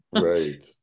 Right